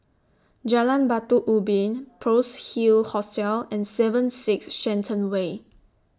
Jalan Batu Ubin Pearl's Hill Hostel and seven six Shenton Way